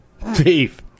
Thief